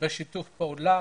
בשיתוף פעולה.